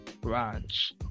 branch